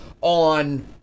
on